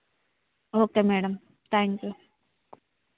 okay madam thank you